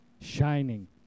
shining